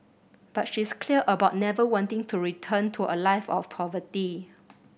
but she's clear about never wanting to return to a life of poverty